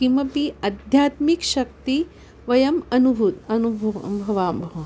किमपि आध्यात्मिकशक्तिं वयम् अनुभूय अनुभवामः